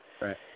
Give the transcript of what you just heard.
Right